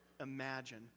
imagine